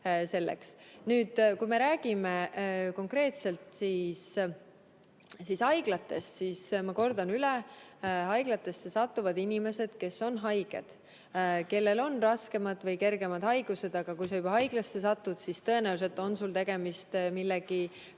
Nüüd, kui me räägime konkreetselt haiglatest, siis ma kordan üle, et haiglatesse satuvad inimesed, kes on haiged. Mõnel on raskemad ja mõnel kergemad haigused, aga kui juba haiglasse sattutakse, siis tõenäoliselt on tegemist millegi